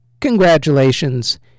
Congratulations